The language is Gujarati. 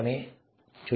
તમે તે જોઈ શકો છો